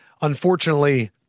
unfortunately